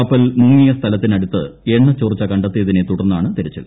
കപ്പൽ മുങ്ങിയ സ്ഥലത്തിനിടുത്ത് എണ്ണചോർച്ച കണ്ടെത്തിയതിനെ തുടർന്നാണ് തിരച്ചിൽ